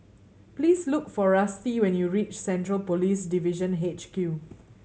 please look for Rusty when you reach Central Police Division H Q